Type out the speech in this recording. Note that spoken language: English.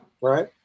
right